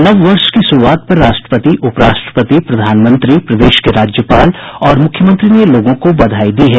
नववर्ष की शुरूआत पर राष्ट्रपति उपराष्ट्रपति प्रधानमंत्री प्रदेश के राज्यपाल और मुख्यमंत्री ने लोगों को बधाई दी है